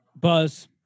Buzz